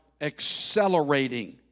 accelerating